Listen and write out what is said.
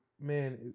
Man